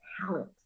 talent